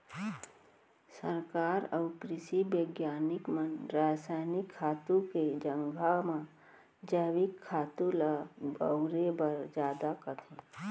सरकार अउ कृसि बिग्यानिक मन रसायनिक खातू के जघा म जैविक खातू ल बउरे बर जादा कथें